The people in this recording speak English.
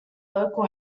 local